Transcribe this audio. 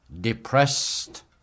depressed